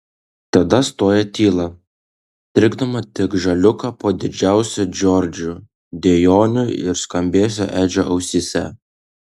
tada stojo tyla trikdoma tik žaliūko po didžiuoju džordžu dejonių ir skambesio edžio ausyse